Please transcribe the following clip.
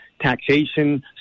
taxation